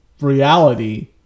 reality